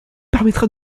permettra